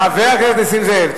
חבר הכנסת נסים זאב.